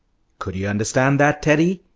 could you understand that, teddy?